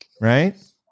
right